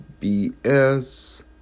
BS